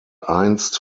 einst